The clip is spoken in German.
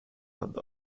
hand